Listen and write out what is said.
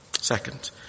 Second